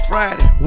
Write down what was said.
Friday